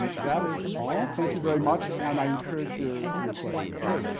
that is all. thank you very much and i encourage your your questions here.